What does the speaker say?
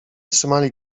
trzymali